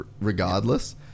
regardless